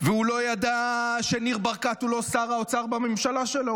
והוא לא ידע שניר ברקת הוא לא שר האוצר בממשלה שלו,